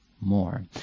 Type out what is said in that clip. more